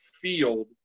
field